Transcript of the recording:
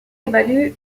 évalue